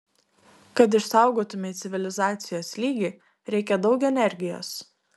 kad išsaugotumei civilizacijos lygį reikia daug energijos